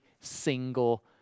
single